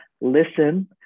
Listen